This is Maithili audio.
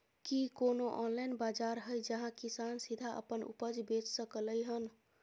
की कोनो ऑनलाइन बाजार हय जहां किसान सीधा अपन उपज बेच सकलय हन?